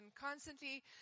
constantly